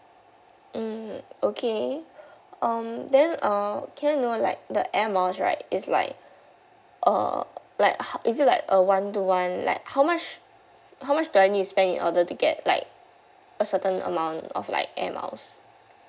mm okay um then uh can I know like the air miles right is like err like is it like a one to one like how much how much do I need to spend in order to get like a certain amount of like air miles